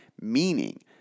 Meaning